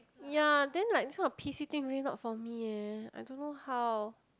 ya then like this kind of P_C thing really not for me eh I don't know how